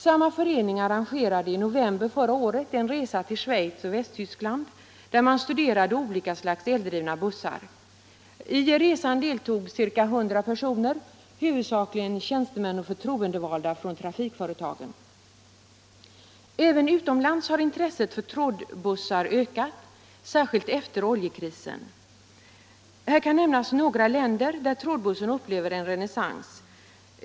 Samma för ening arrangerade i november förra året en resa till Schweiz och Västtyskland, där man studerade olika slags eldrivna bussar. I resan deltog ca 100 personer, huvudsakligen tjänstemän och förtroendevalda från trafikföretagen. Även utomlands har intresset för trådbussar ökat, särskilt efter ol jekrisen. Här kan nämnas några länder där trådbussen upplever en renässans.